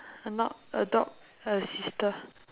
or not adopt her sister